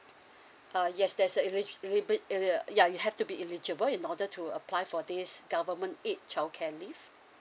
uh yes there's eli~ eli~ uh yeah you have to be eligible in order to apply for this government aid child care leave